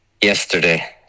yesterday